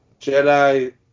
Jedi